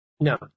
No